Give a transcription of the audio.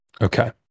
Okay